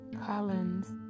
Collins